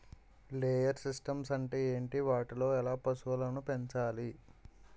Layer systems అంటే ఏంటి? వాటిలో ఎలా పశువులను పెంచాలి?